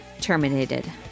terminated